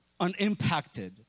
unimpacted